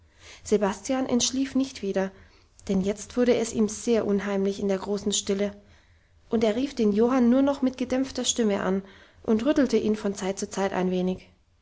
sebastian entschlief nicht wieder denn jetzt wurde es ihm sehr unheimlich in der großen stille und er rief den johann nur noch mit gedämpfter stimme an und rüttelte ihn von zeit zu zeit ein wenig